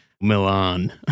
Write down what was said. Milan